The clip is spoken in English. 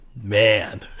Man